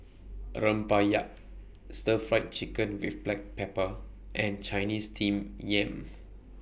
A Rempeyek Stir Fried Chicken with Black Pepper and Chinese Steamed Yam